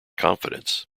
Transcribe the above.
confidence